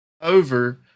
over